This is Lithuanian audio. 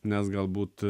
nes galbūt